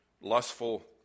lustful